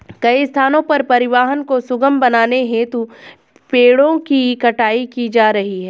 कई स्थानों पर परिवहन को सुगम बनाने हेतु पेड़ों की कटाई की जा रही है